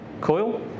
coil